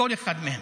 כל אחד מהם.